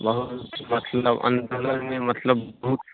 बहुत मतलब आन्दोलन मतलब बहुत